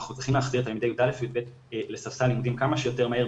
אנחנו צריכים להחזיר את תלמידי י"א וי"ב לספסל הלימודים כמה שיותר מהר,